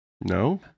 No